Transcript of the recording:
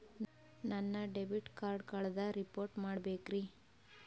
ನನ್ನ debit card ಕಳ್ದದ report ಮಾಡಬೇಕ್ರಿ